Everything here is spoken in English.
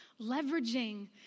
leveraging